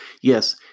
yes